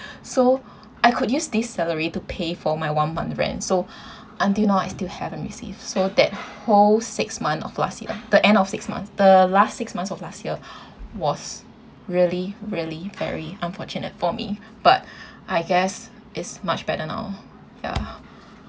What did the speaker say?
so I could use this salary to pay for my one month rent so until now I still haven't received so that whole six months of last year the end of six months the last six months of last year was really really very unfortunate for me but I guess is much better now ya